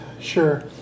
Sure